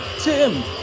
Tim